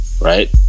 right